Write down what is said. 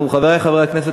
חברי חברי הכנסת,